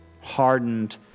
hardened